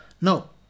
No